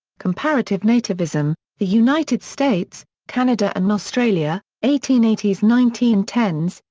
comparative nativism the united states, canada and australia, eighteen eighty s nineteen ten s,